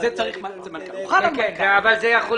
זה יחול